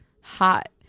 Hot